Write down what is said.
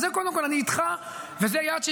אז בזה קודם כול אני איתך, וזה יעד שהצבתי.